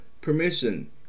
permission